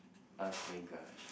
us buying car actually